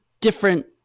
different